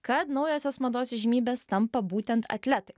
kad naujosios mados įžymybės tampa būtent atletai